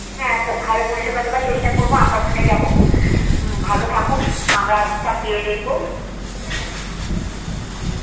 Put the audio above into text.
হ্যাঁ তো ভালো পরিষেবা দেওয়ার চেষ্টা করবো আমরা ওখানে যাবো ভালো থাকুন আমরা সব গিয়ে দেখবো ঠিক আছে ঠিক আছে হ্যাঁ